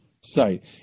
site